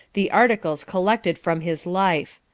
the articles collected from his life.